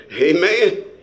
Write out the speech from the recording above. Amen